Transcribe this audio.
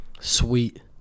Sweet